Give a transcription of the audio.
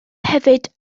hefyd